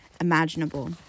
imaginable